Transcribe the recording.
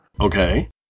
Okay